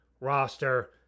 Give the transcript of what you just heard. roster